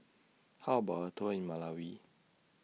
How about A Tour in Malawi